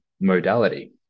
modality